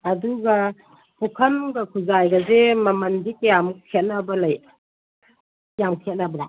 ꯑꯗꯨꯒ ꯄꯨꯈꯝꯒ ꯈꯨꯖꯥꯏꯒꯁꯦ ꯃꯃꯜꯗꯤ ꯀꯌꯥꯃꯨꯛ ꯈꯦꯠꯅꯕ ꯂꯩ ꯌꯥꯝ ꯈꯦꯠꯅꯕ꯭ꯔꯥ